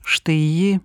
štai ji